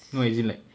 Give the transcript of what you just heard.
no as in like